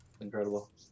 Incredible